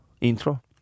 intro